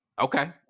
okay